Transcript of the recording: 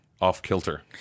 off-kilter